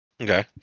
okay